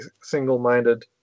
single-minded